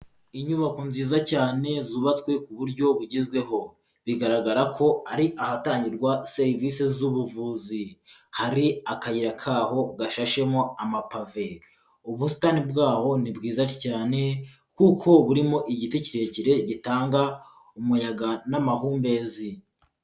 Inyubako nziza cyane zubatswe ku buryo bugezweho, bigaragara ko ari ahatangirwa serivisi z'ubuvuzi, hari akayira kaho gashashemo amapave, ubusitani bwaho ni bwiza cyane kuko burimo igiti kirekire gitanga umuyaga n'amahumbezi.